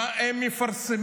מה הם מפרסמים,